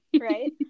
Right